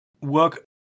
work